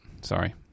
Sorry